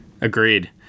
Agreed